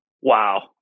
wow